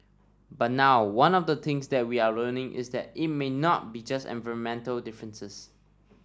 but now one of the things that we are learning is that it may not be just environmental differences